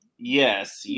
Yes